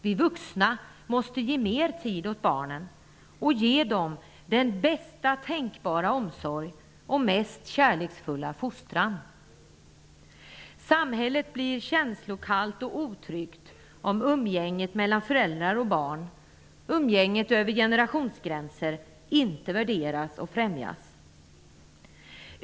Vi vuxna måste ge mer tid åt barnen och ge dem den bästa tänkbara omsorg och mest kärleksfulla fostran. Samhället blir känslokallt och otryggt om umgänget mellan föräldrar och barn, umgänget över generationsgränser, inte värderas och främjas.